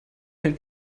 wenn